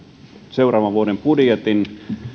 seuraavan vuoden budjetin